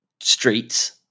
Streets